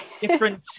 different